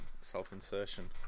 self-insertion